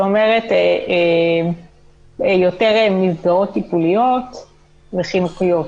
שאומרת: יותר מסגרות טיפוליות וחינוכיות.